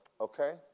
okay